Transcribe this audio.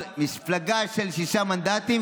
מפלגה של שישה מנדטים,